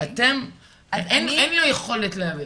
אין לו יכולת להעביר,